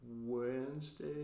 Wednesday